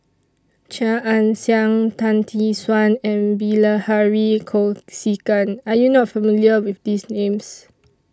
Chia Ann Siang Tan Tee Suan and Bilahari Kausikan Are YOU not familiar with These Names